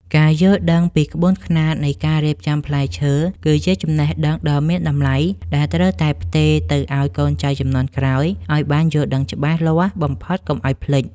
ការយល់ដឹងពីក្បួនខ្នាតនៃការរៀបចំផ្លែឈើគឺជាចំណេះដឹងដ៏មានតម្លៃដែលត្រូវតែផ្ទេរទៅឱ្យកូនចៅជំនាន់ក្រោយឱ្យបានយល់ដឹងច្បាស់លាស់បំផុតកុំឱ្យភ្លេច។